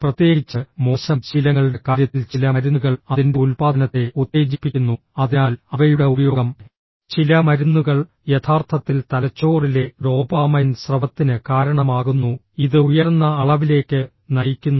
പ്രത്യേകിച്ച് മോശം ശീലങ്ങളുടെ കാര്യത്തിൽ ചില മരുന്നുകൾ അതിന്റെ ഉൽപാദനത്തെ ഉത്തേജിപ്പിക്കുന്നു അതിനാൽ അവയുടെ ഉപയോഗം ചില മരുന്നുകൾ യഥാർത്ഥത്തിൽ തലച്ചോറിലെ ഡോപാമൈൻ സ്രവത്തിന് കാരണമാകുന്നു ഇത് ഉയർന്ന അളവിലേക്ക് നയിക്കുന്നു